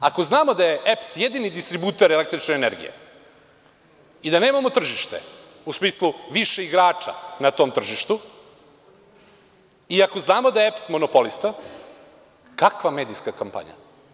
Ako znamo da je EPS jedini distributer električne energije, i da nemamo tržište, u smislu više igrača na tom tržištu, i ako znamo da je EPS monopolista, kakva medijska kampanja?